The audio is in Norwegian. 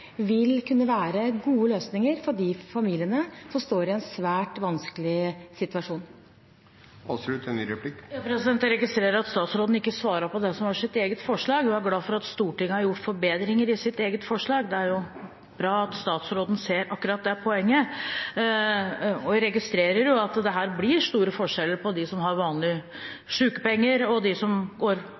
svært vanskelig situasjon. Jeg registrerer at statsråden ikke svarte på det som var hennes eget forslag – hun er glad for at Stortinget har gjort forbedringer i hennes eget forslag. Det er bra at statsråden ser akkurat det poenget. Jeg registrerer at det blir store forskjeller mellom dem som har vanlige sykepenger, og dem som